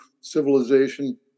civilization